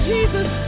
Jesus